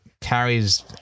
carries